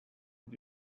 did